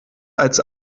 als